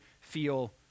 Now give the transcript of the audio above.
feel